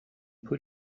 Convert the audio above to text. put